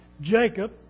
Jacob